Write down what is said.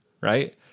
right